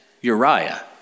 Uriah